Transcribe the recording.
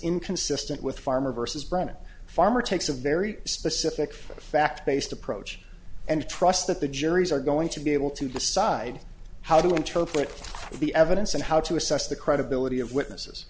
inconsistent with farmer versus brennan farmer takes a very specific fact based approach and trust that the juries are going to be able to decide how to interpret the evidence and how to assess the credibility of witnesses